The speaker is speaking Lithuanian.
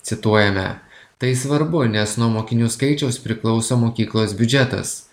cituojame tai svarbu nes nuo mokinių skaičiaus priklauso mokyklos biudžetas